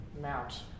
mount